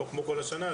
לא כמו כל השנה,